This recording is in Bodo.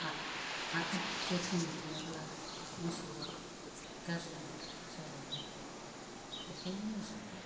आह आह जोथोन गैयाब्ला मोसौआ गाज्रि जालाङो बेखायनो मोसौखौ